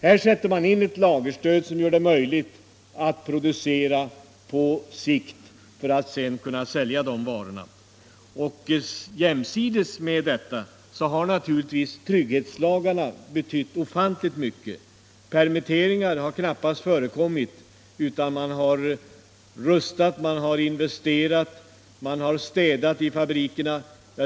Här sätts ett lagerstöd in som gör det möjligt för företagen att producera på sikt för att sedan kunna sälja när konjunkturen vänder. Jämsides med detta har naturligtvis trygghetslagarna betytt mycket. Permitteringar har knappast förekommit. Man har i stället rustat, investerat, städat i fabrikerna.